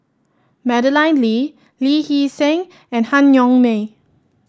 Madeleine Lee Lee Hee Seng and Han Yong May